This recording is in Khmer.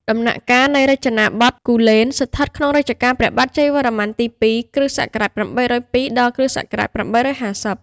ដំណាក់កាលនៃរចនាបថគូលែន ស្ថិតក្នុងរជ្ជកាលព្រះបាទជ័យវរ្ម័នទី២ (គ.ស. ៨០២ ដល់ គ.ស. ៨៥០)។